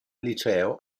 liceo